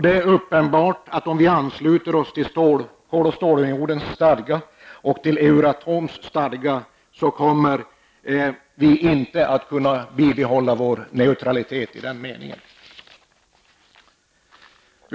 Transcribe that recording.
Det är uppenbart att om Sverige ansluter sig till Kol och stålunionens stadga och till Euroatoms stadga, kommer Sverige inte att kunna bibehålla sin neutralitet i den meningen.